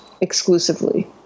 exclusively